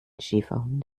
schäferhund